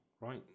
right